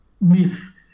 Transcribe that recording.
myth